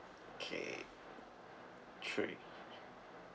okay three